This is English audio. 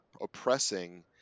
oppressing